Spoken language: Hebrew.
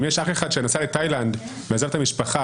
אם יש אח אחד שעזב את המשפחה